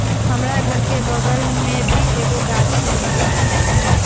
हमरा घर के बगल मे भी एगो गाछी हई